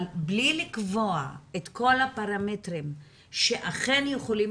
אבל בלי לקבוע את כל הפרמטרים שאכן יכולים